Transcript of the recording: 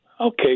Okay